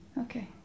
okay